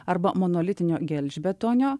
arba monolitinio gelžbetonio